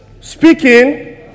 Speaking